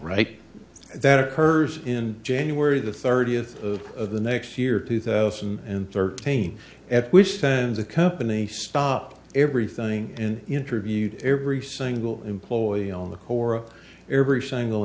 right that occurs in january the thirtieth of the next year two thousand and thirteen at which stands a company stopped everything and interviewed every single employee on the core of every single